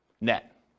net